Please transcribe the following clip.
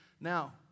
now